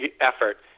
effort